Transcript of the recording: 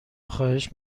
خواهش